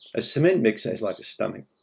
a cement mixer is like a stomach.